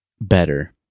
better